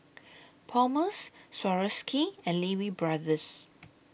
Palmer's Swarovski and Lee Wee Brothers